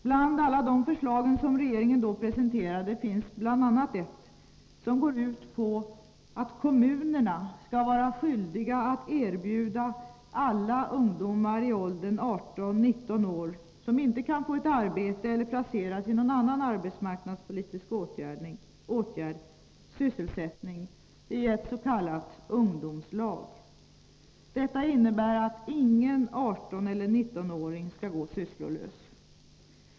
Bland alla de förslag som regeringen då presenterade finns ett som går ut på att kommunerna skall vara skyldiga att erbjuda alla ungdomar i åldern 18-19 år, som inte kan få ett arbete eller placeras i någon annan arbetsmarknadspolitisk åtgärd, sysselsättning i s.k. ungdomslag. Detta innebär att ingen 18 eller 19-åring skall gå sysslolös.